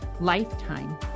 lifetime